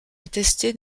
attesté